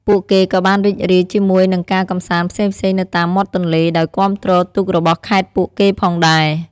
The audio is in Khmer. ពួកគេក៏បានរីករាយជាមួយ នឹងការកម្សាន្តផ្សេងៗនៅតាមមាត់ទន្លេ ដោយគាំទ្រទូករបស់ខេត្តពួកគេផងដែរ។